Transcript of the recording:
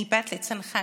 אני בת לצנחן